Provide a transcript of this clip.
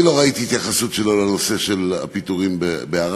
אני לא ראיתי את ההתייחסות שלו לנושא של הפיטורים בערד.